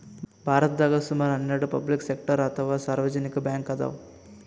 ಭಾರತದಾಗ್ ಸುಮಾರ್ ಹನ್ನೆರಡ್ ಪಬ್ಲಿಕ್ ಸೆಕ್ಟರ್ ಅಥವಾ ಸಾರ್ವಜನಿಕ್ ಬ್ಯಾಂಕ್ ಅದಾವ್